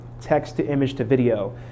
text-to-image-to-video